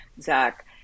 Zach